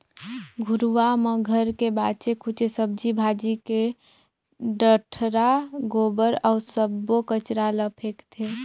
घुरूवा म घर के बाचे खुचे सब्जी भाजी के डठरा, गोबर अउ सब्बो कचरा ल फेकथें